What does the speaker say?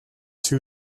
two